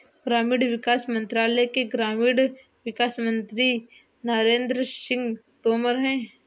ग्रामीण विकास मंत्रालय के ग्रामीण विकास मंत्री नरेंद्र सिंह तोमर है